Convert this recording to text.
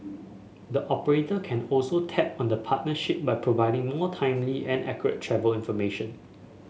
the operator can also tap on the partnership by providing more timely and accurate travel information